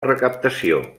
recaptació